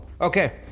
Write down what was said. Okay